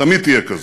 תמיד תהיה כזו.